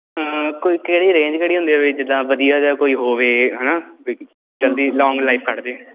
ਕੋਈ ਕਿਹੜੀ ਰੇਂਜ ਕਿਹੜੀ ਹੁੰਦੀ ਆ ਵੀ ਜਿਦਾਂ ਵਧੀਆ ਜਿਹਾ ਕੋਈ ਹੋਵੇ ਹੈ ਨਾ ਵੀ ਜਲਦੀ ਲੋਂਗ ਲਾਈਫ ਕੱਢਦੇ